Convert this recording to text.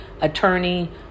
attorney